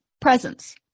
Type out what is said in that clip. Presents